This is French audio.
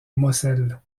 moselle